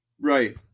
Right